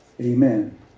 Amen